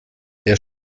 der